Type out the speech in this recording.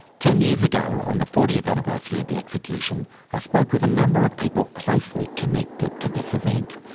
ten years ago on the fortieth anniversary of the execution i spoke with a number of people closely connected to this event.